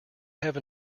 have